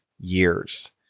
years